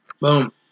Boom